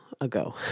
ago